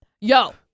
Yo